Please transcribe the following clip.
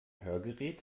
hörgerät